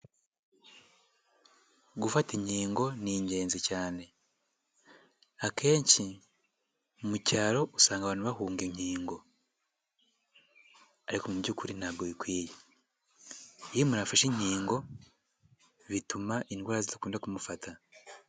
Gufata inkingo ni ingenzi cyane, akenshi mu cyaro usanga abantu bahunga inkingo ariko mu by'ukuri ntabwo bikwiye, iyo umuntu afashe inkingo bituma indwara zidakunda kumufata.